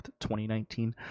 2019